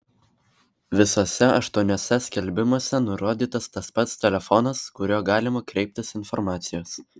visuose aštuoniuose skelbimuose nurodytas tas pats telefonas kuriuo galima kreiptis informacijos